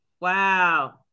wow